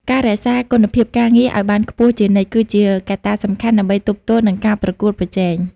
ការរក្សាគុណភាពការងារឱ្យបានខ្ពស់ជានិច្ចគឺជាកត្តាសំខាន់ដើម្បីទប់ទល់នឹងការប្រកួតប្រជែង។